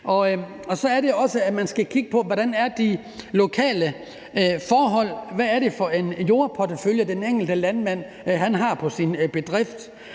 eller efterafgrøder. Man skal også kigge på, hvordan de lokale forhold er, og hvad det er for en jordportefølje, den enkelte landmand har på sin bedrift.